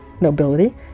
nobility